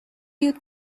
you